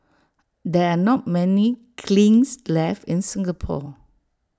there are not many kilns left in Singapore